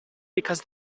because